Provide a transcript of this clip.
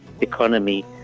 economy